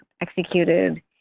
executed